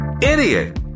Idiot